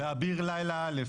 באביר לילה א'.